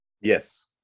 Yes